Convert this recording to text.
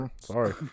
Sorry